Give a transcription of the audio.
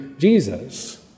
Jesus